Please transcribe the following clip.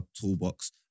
toolbox